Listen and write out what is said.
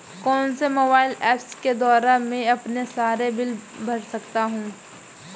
कौनसे mobile apps के द्वारा मैं अपने सारे बिल भर सकता हूं?